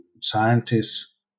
scientists